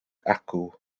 acw